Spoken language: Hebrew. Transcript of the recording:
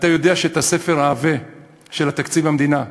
אתה יודע שאת הספר העבה של תקציב המדינה,